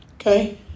okay